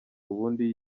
ubundi